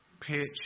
pitch